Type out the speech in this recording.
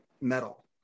metal